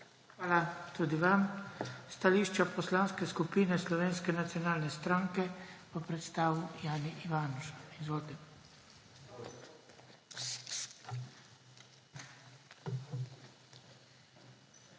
Hvala tudi vam. Stališče Poslanske skupine Slovenske nacionalne stranke bo predstavil Jani Ivanuša. Izvolite.